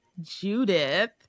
Judith